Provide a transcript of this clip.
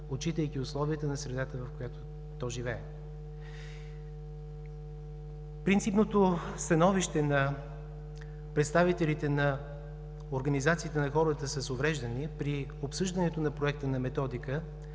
отчитайки условията на средата, в която то живее. Принципното становище на представителите на организациите на хората с увреждания при обсъждането на Проекта на методика